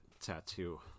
Tattoo